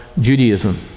Judaism